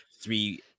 three